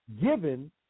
given